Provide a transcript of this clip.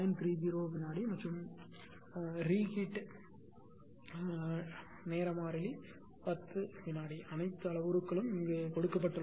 30 வினாடி மற்றும் மீண்டும் சூடாக்கும் நேர மாறிலி 10 வினாடி அனைத்து அளவுருக்கள் கொடுக்கப்பட்டுள்ளன